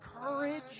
courage